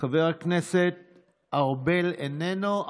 חבר הכנסת ארבל, איננו.